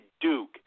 Duke